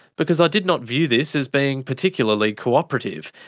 because i did not view this as being particularly cooperative,